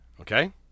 Okay